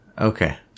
Okay